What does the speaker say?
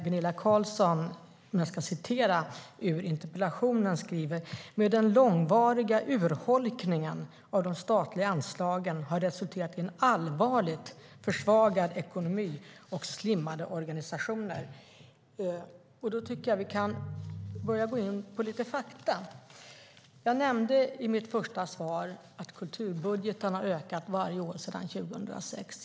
Gunilla Carlsson skriver i interpellationen: "Men den långvariga urholkningen av de statliga anslagen har resulterat i en allvarligt försvagad ekonomi och slimmade organisationer." Då tycker jag att vi kan börja gå in på lite fakta. Jag nämnde i mitt första inlägg att kulturbudgeten har ökat varje år sedan 2006.